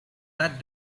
that